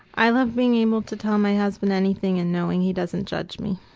i love being able to tell my husband anything and knowing he doesn't judge me.